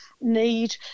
need